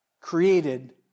created